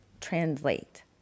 translate